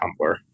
Tumblr